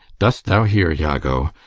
dost thou hear, iago?